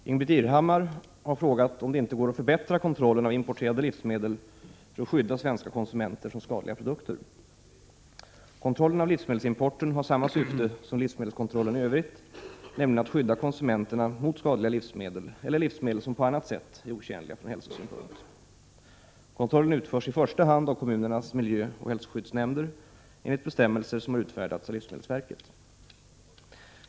Herr talman! Ingbritt Irhammar har frågat om det inte går att förbättra kontrollen av importerade livsmedel för att skydda svenska konsumenter från skadliga produkter. Kontrollen av livsmedelsimporten har samma syfte som livsmedelskontrollen i övrigt, nämligen att skydda konsumenterna mot skadliga livsmedel eller livsmedel som på annat sätt är otjänliga från hälsosynpunkt. Kontrollen utförs i första hand av kommunernas miljöoch hälsoskyddsnämnder enligt bestämmelser som har utfärdats av livsmedelsverket.